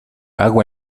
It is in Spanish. agua